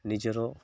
ନିଜର